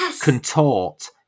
contort